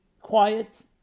quiet